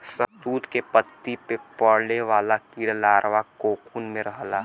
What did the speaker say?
शहतूत के पत्ती पे पले वाला कीड़ा लार्वा कोकून में रहला